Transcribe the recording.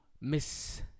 Miss